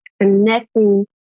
connecting